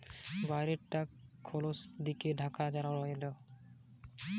কবচ বা খলা দিয়া জিব হয়থে সেই সব জলের জিব যার মনকের শরীরের বাইরে টা খলস দিকি ঢাকা রয়